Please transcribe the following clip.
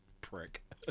prick